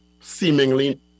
seemingly